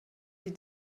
die